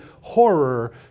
horror